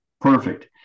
perfect